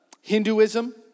Hinduism